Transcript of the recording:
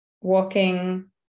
walking